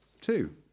two